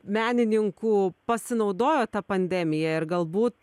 menininkų pasinaudojo ta pandemija ir galbūt